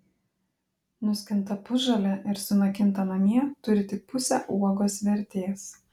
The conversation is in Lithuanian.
nuskinta pusžalė ir sunokinta namie turi tik pusę uogos vertės